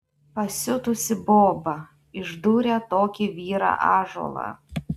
pasiutusi boba išdūrė tokį vyrą ąžuolą